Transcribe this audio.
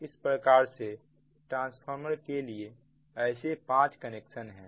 इस प्रकार से ट्रांसफार्मर के लिए ऐसे पांच कनेक्शन है